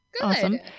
Awesome